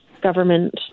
government